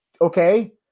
Okay